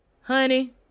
honey